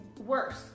worse